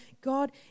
God